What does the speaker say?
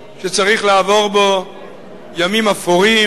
צריך לעבור בו ימים אפורים,